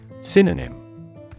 Synonym